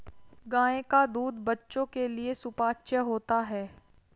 गाय का दूध बच्चों के लिए सुपाच्य होता है